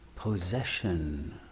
possession